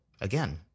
again